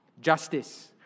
Justice